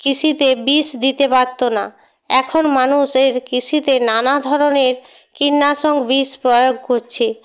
কৃষিতে বিষ দিতে পারতো না এখন মানুষ এর কৃষিতে নানা ধরনের কীটনাশক বিষ প্রয়োগ করছে